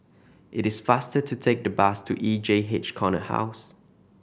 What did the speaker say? it is faster to take the bus to E J H Corner House